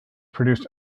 produced